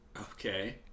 Okay